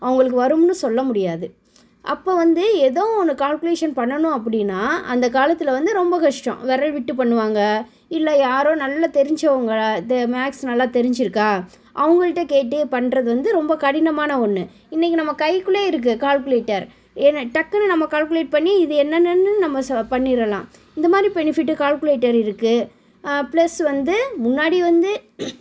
அவங்களுக்கு வரும்னு சொல்ல முடியாது அப்போது வந்து ஏதோ ஒன்று கால்குலேஷன் பண்ணனும் அப்படினா அந்த காலத்தில் வந்து ரொம்ப கஷ்டம் விரல் விட்டு பண்ணுவாங்கள் இல்லை யாரோ நல்லா தெரிஞ்சவங்க த மேக்ஸ் நல்லா தெரிஞ்சுருக்கா அவங்கள்ட்ட கேட்டே பண்ணுறது வந்து ரொம்ப கடினமான ஒன்று இன்றைக்கி நம்ம கைக்குள்ளேயே இருக்குது கால்குலேட்டர் என்ன டக்குன்னு நம்ம கால்குலேட் பண்ணி இது என்னென்னன்னு நம்ம சொ பண்ணிடலாம் இந்த மாதிரி பெனிஃபிட்டு கால்குலேட்டர் இருக்குது ப்ளஸ் வந்து முன்னாடி வந்து